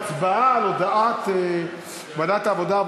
הצבעה על הודעת ועדת העבודה,